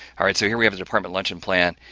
alright? so, here we have a department luncheon plan,